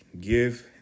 give